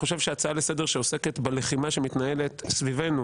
שההצעה לסדר שעוסקת בלחימה שמתנהלת סביבנו